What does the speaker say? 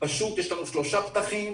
יש לנו שלושה פתחים.